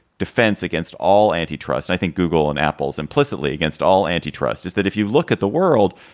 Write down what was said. defense against all antitrust, i think google and apple is implicitly against all antitrust is that if you look at the world,